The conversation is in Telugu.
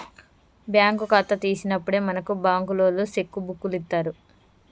బ్యాంకు ఖాతా తీసినప్పుడే మనకు బంకులోల్లు సెక్కు బుక్కులిత్తరు